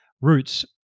roots